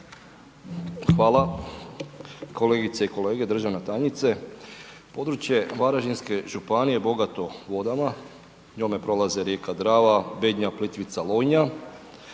Hvala. Kolegice i kolege, državna tajnice, područje varaždinske županije je bogato vodama, njome prolaze rijeka Drava, Bednja, Plitvica, Lonja